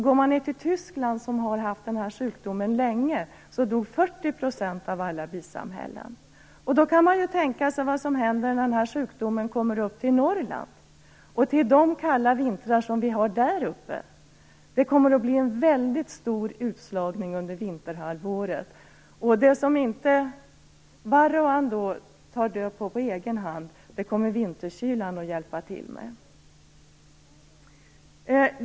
Går man ner till Tyskland, som har haft den här sjukdomen länge, finner man att 40 % av alla bisamhällen dog. Då kan man tänka sig hur det blir när den här sjukdomen kommer upp till Norrland och till de kalla vintrar som vi har där uppe. Det kommer att bli en mycket stor utslagning under vinterhalvåret. Det som inte varroan på egen hand tar död på kommer vinterkylan att hjälpa till med.